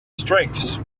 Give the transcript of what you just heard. strengths